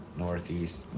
northeast